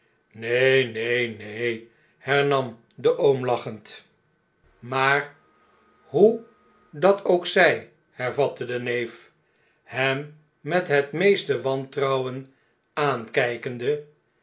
neen neen neen hernam de oom lachend a maar hoe dat ook zij hervatte de neef hem met het meeste wantrouwen aankjjkende